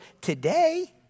today